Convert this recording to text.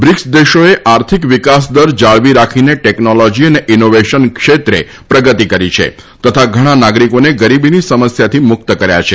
BRICS દેશોએ આર્થિક વિકાસદર જાળવી રાખીને ટેકનોલોજી અને ઇનોવેશન ક્ષેત્રે પ્રગતી કરી છે તથા ઘણા નાગરિકોને ગરીબીની સમસ્યાથી મુક્ત કર્યા છે